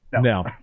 No